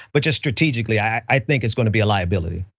but just strategically, i think it's gonna be a liability.